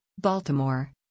Baltimore